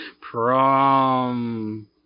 Prom